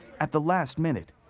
at the last minute,